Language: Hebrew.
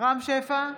רם שפע,